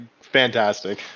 fantastic